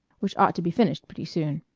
which ought to be finished pretty soon.